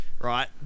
right